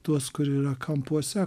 tuos kurie yra kampuose